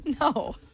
No